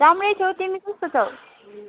राम्रै छु तिमी कस्तो छौ